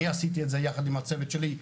אני עשיתי את זה יחד עם הצוות שלי ב-2015.